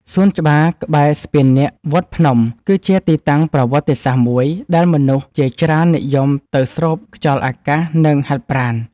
សួនច្បារក្បែរស្ពាននាគវត្តភ្នំ គឺជាទីតាំងប្រវត្តិសាស្ត្រមួយដែលមនុស្សជាច្រើននិយមទៅស្រូបខ្យល់អាកាស និងហាត់ប្រាណ។